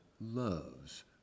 loves